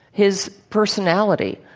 his personality.